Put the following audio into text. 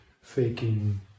faking